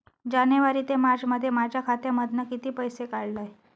जानेवारी ते मार्चमध्ये माझ्या खात्यामधना किती पैसे काढलय?